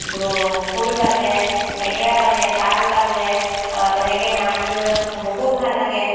খোল বাজে নেগেৰা বাজে তাল বাজে তেনেকৈ নাম লৈ বহুত ভাল লাগে